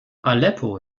aleppo